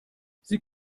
sie